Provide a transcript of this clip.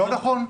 לא נכון?